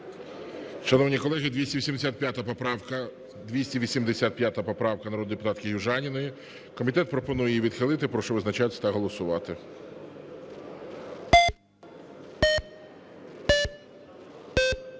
Шановні колеги, 285 поправка народної депутатки Южаніної. Комітет пропонує її відхилити. Прошу визначатись та голосувати.